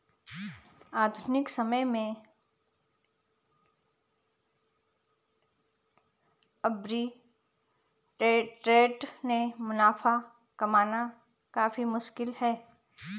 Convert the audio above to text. आधुनिक समय में आर्बिट्रेट से मुनाफा कमाना काफी मुश्किल है